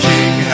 King